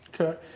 Okay